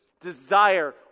desire